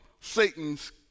Satan's